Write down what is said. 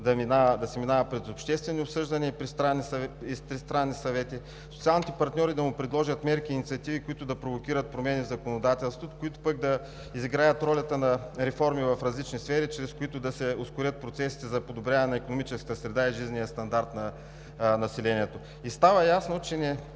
да се минава през обществено обсъждане и с тристранни съвети; социалните партньори да му предложат мерки и инициативи, които да провокират промени в законодателството, които пък да изиграят ролята на реформи в различни сфери, чрез които да се ускорят процесите за подобряване на икономическата среда и жизнения стандарт на населението. Става ясно, че не